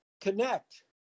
connect